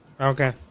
Okay